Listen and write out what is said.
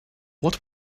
what